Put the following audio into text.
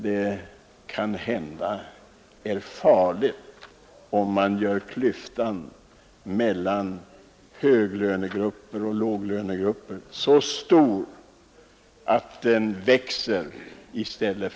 Det kanhända är farligt att låta klyftan mellan höglönegrupper och låglönegrupper växa i stället för att minska. Herr talman!